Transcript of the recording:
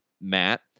Matt